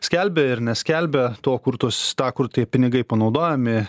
skelbia ir neskelbia to kur tuos tą kur tie pinigai panaudojami